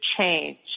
change